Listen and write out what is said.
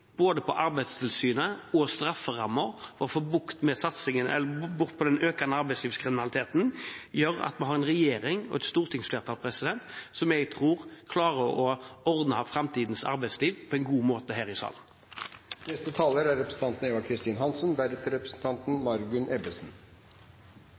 både på Arbeidstilsynet og på strafferammer for å få bukt med den økende arbeidslivskriminaliteten, gjør at vi har en regjering og et stortingsflertall som jeg tror klarer å ordne opp i framtidens arbeidsliv på en god måte her i